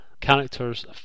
characters